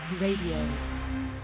Radio